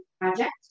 project